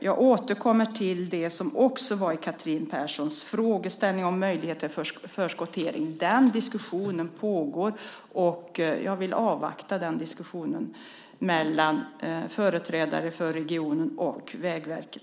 Jag återkommer till Catherine Perssons frågeställning om möjligheten till förskottering. Den diskussionen pågår, och jag vill avvakta diskussionen mellan företrädarna för regionen och Vägverket.